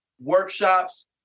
workshops